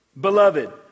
Beloved